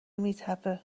میتپه